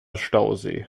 stausee